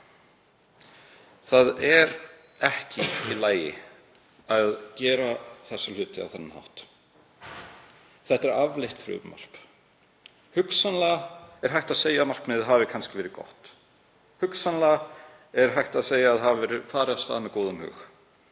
Það er ekki í lagi að gera hluti á þennan hátt. Þetta er afleitt frumvarp. Hugsanlega er hægt að segja að markmiðið hafi verið gott. Hugsanlega er hægt að segja að farið hafi verið af stað með góðum hug.